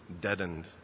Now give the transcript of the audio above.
deadened